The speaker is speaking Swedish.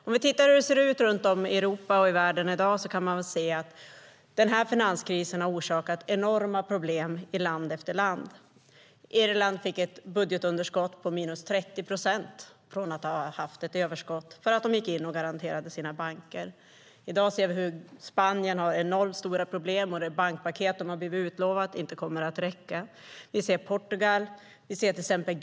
Om vi tittar hur det ser ut runt om i Europa och världen i dag kan vi se att finanskrisen har orsakat enorma problem i land efter land. Irland fick ett budgetunderskott på minus 30 procent, från att ha haft ett överskott, för att de gick in och garanterade sina banker. I dag ser vi hur Spanien har enormt stora problem och hur det bankpaket de har blivit lovade inte kommer att räcka. Vi ser problem i Portugal, och vi ser problem i Grekland.